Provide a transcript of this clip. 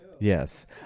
Yes